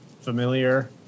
familiar